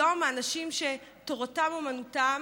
היום האנשים שתורתם אומנותם,